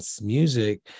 music